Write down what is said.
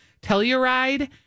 Telluride